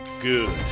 good